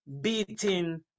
beating